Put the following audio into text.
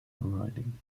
riding